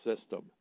system